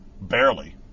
Barely